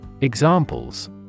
Examples